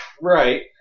Right